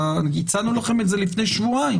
הצענו לכם את זה לפני שבועיים.